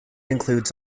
includes